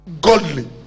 godly